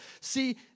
See